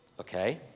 Okay